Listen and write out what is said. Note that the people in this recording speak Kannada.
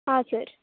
ಹಾಂ ಸರ್